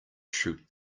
shoot